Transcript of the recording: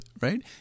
Right